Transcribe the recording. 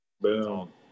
Boom